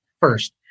first